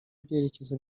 byerekezo